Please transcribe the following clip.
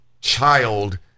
child